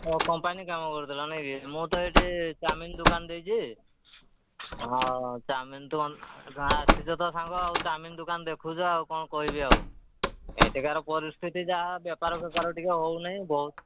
ହଉ କମ୍ପାନୀ କାମ କରୁଥିଲ ନାଇ କିି ମୁଁ ତ ଏଠି ଚାଓମିିନ ଦୋକାନ ଦେଇଛି ହଁ ଚାଓମିନ ତ ଆସିଛ ତ ସାଙ୍ଗ ଆଉ ଚାଓମିିନ ଦୋକାନ ଦେଖୁଛ ଆଉ କ'ଣ କହିବି ଆଉ ଏଠିକାର ପରିସ୍ଥିତି ଯାହା ବେପାର ଫେପାର ଟିକେ ହେଉନାହିଁ ବହୁତ